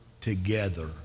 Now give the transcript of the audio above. together